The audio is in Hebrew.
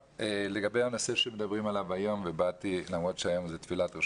לגבי הנושא עליו מדברים היום ובאתי למרות שהיום זאת תפילת ראש